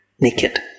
naked